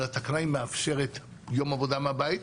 אבל התקנה מאפשרת יום עבודה מהבית.